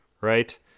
right